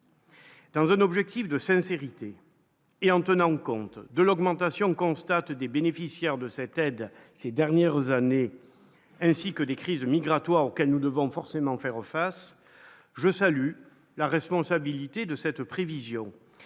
Dans un objectif de sincérité et en tenant compte de l'augmentation constatée des bénéficiaires de cette aide ces dernières années, ainsi que des crises migratoires auxquels nous devons forcément faire face, je salue la responsabilité de cette prévision